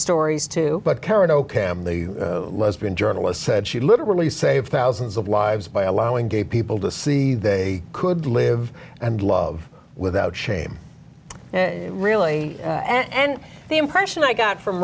stories too but karen ok lesbian journalist said she literally saved thousands of lives by allowing gay people to see they could live and love without shame really and the impression i got from